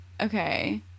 okay